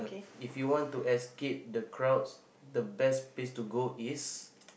if you want to escape the crowds the best place to go is